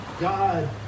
God